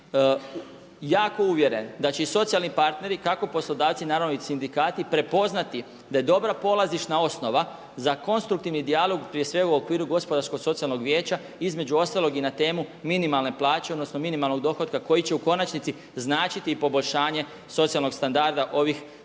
ja sam jako uvjeren da će i socijalni partneri kako poslodavci, naravno i sindikati prepoznati da je dobra polazišna osnova za konstruktivni dijalog prije svega u okviru gospodarsko socijalnog vijeća između ostalog i na temu minimalne plaće odnosno minimalnog dohotka koji će u konačnici značiti i poboljšanje socijalnog standarda ovih sa